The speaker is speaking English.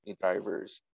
drivers